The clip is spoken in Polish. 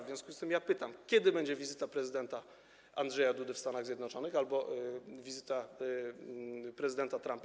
W związku z tym pytam: Kiedy będzie wizyta prezydenta Andrzeja Dudy w Stanach Zjednoczonych albo wizyta prezydenta Trumpa?